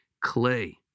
clay